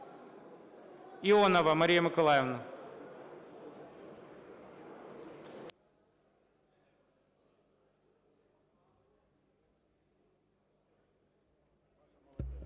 Іонова Марія Миколаївна.